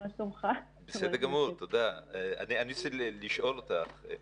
אני רוצה לשאול אותך.